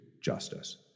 justice